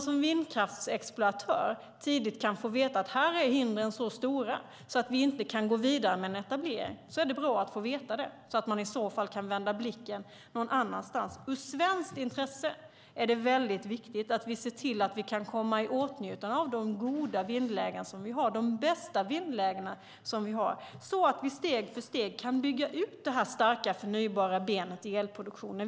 Som vindkraftsexploatör är det bra att tidigt få veta att hindren är så stora att man inte kan gå vidare med en etablering. Då kan man vända blicken någon annanstans. Ur svenskt intresse är det viktigt att vi ser till att vi kan komma i åtnjutande av de bästa vindlägen vi har så att vi steg för steg kan bygga ut detta starka förnybara ben i elproduktionen.